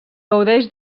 gaudeix